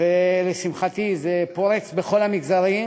ולשמחתי זה פורץ בכל המגזרים,